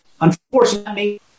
unfortunately